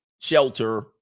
shelter